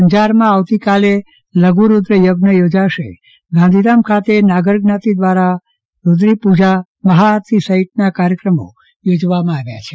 અંજારમાં આવતી કાલે લધુરૂક્ર યજ્ઞ યોજાસે ગાંધીધામ ખાતે નાગર જ્ઞાતિ દ્રારા રૂદ્દી પુજામહા આરતી સહિતના કાર્યક્રમ યોજવામાં આવ્યા છે